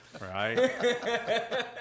Right